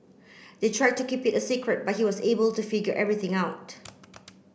they tried to keep it a secret but he was able to figure everything out